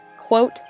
Quote